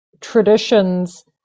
traditions